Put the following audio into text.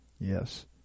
Yes